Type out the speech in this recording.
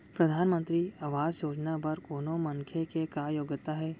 परधानमंतरी आवास योजना बर कोनो मनखे के का योग्यता हे?